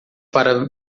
para